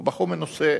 הוא בחור מנוסה,